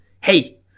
Hey